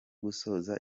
gusoza